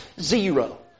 zero